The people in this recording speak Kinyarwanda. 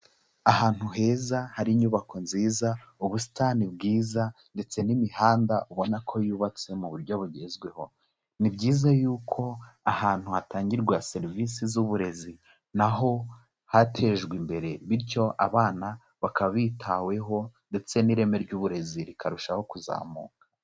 Ahantu heza hari inyubako nziza, ubusitani bwiza ndetse n'imihanda ubona ko yubatse mu buryo bugezweho. ni byiza y'uko ahantu hatangirwa serivisi z'uburezi naho hatejwe imbere bityo abana bakaba bitaweho ndetse n'ireme ry'uburezi rikarushaho kuzamuka.